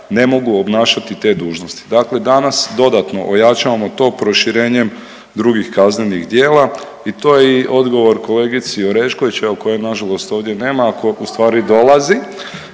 ne mogu obnašati te dužnosti. Dakle, danas dodatno ojačavamo to proširenjem drugih kaznenih djela i to je i odgovor kolegici Orešković evo koje nažalost ovdje nema…/Upadica